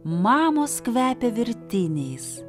mamos kvepia virtiniais